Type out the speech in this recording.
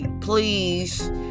please